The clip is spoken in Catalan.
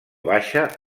baixa